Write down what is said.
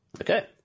Okay